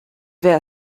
wer